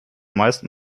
meisten